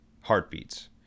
heartbeats